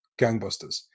gangbusters